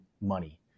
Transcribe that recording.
money